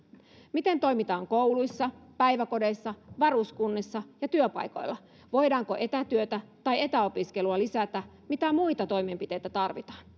miten toimitaan kouluissa päiväkodeissa varuskunnissa ja työpaikoilla voidaanko etätyötä tai etäopiskelua lisätä mitä muita toimenpiteitä tarvitaan